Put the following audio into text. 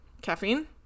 caffeine